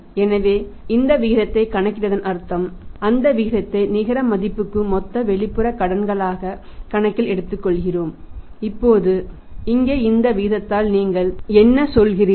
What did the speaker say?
எனவே இந்த விகிதத்தை கணக்கிடுவதன் அர்த்தம் அந்த விகிதத்தை நிகர மதிப்புக்கு மொத்த வெளிப்புற கடன்களாக கணக்கில் எடுத்துக்கொள்கிறோம் இப்போது இங்கே இந்த விகிதத்தால் நீங்கள் என்ன சொல்கிறீர்கள்